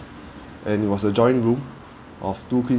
and it was a joint room of two queen